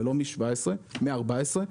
ולא מ-2017 אלא מ-2014,